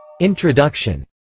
Introduction